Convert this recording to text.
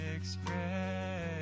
express